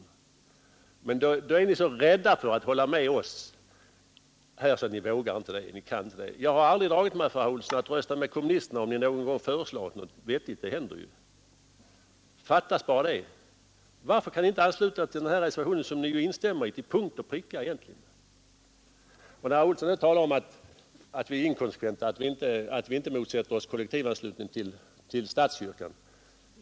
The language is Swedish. Det är därför ynkligt att ni skall vara så rädda för att hålla med oss att ni inte vågar göra det. Jag har aldrig, herr Olsson, dragit mig för att rösta med kommunisterna om ni någon gång föreslagit något vettigt — det händer ju. Fattas bara det! Varför kan ni inte ansluta er till reservationen, till vilken ni ju egentligen ansluter er till punkt och pricka? Herr Olsson säger att vi är inkonsekventa eftersom vi inte motsätter oss kollektivanslutning till statskyrkan.